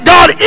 God